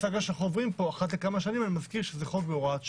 אני מזכיר שמדובר בהוראת שעה.